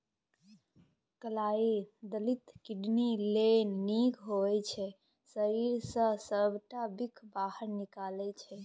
कलाइ दालि किडनी लेल नीक होइ छै आ शरीर सँ सबटा बिख बाहर निकालै छै